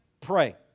pray